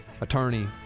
attorney